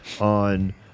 on